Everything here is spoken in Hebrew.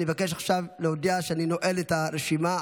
אני מבקש עכשיו להודיע שאני נועל את הרשימה.